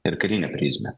ir karinę prizmę